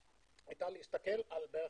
היתה להסתכל על כ-150,